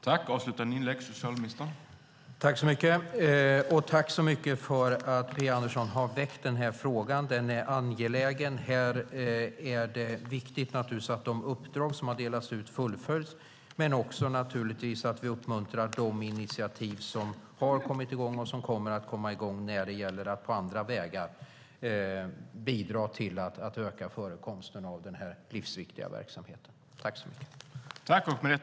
Herr talman! Jag tackar Phia Andersson för att hon har väckt frågan. Den är angelägen. Det är viktigt att de uppdrag som har delats ut fullföljs, men det är också viktigt att vi uppmuntrar de initiativ som har kommit i gång och som kommer att komma i gång när det gäller att på andra vägar bidra till att öka förekomsten av denna livsviktiga verksamhet.